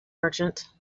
merchant